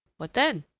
what then?